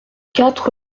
quatre